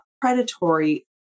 predatory